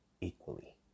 equally